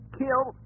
kill